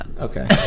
Okay